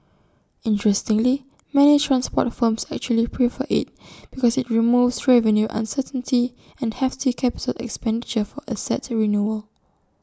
interestingly many transport firms actually prefer IT because IT removes revenue uncertainty and hefty capital expenditure for asset renewal